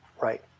Right